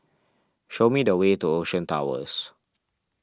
show me the way to Ocean Towers